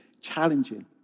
challenging